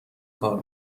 کار